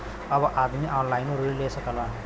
अब आदमी ऑनलाइनों ऋण ले सकलन